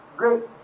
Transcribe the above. great